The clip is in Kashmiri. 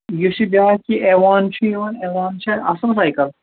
یُس یہِ بیٛاکھ یہِ ایٚوان چھُ یِوان ایٚوان چھا اَصٕل سایکَل